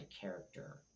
character